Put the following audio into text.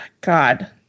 God